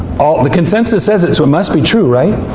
the consensus says it, so it must be true, right?